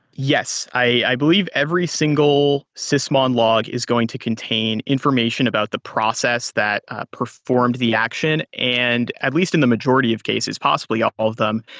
yes. i believe every single sysmon log is going to contain information about the process that performed the action, and at least in the majority of cases, possibly all of them.